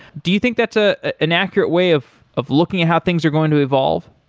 do you think that's ah an accurate way of of looking at how things are going to evolve?